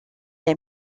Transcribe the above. est